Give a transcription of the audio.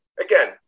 Again